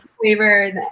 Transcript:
flavors